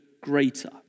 greater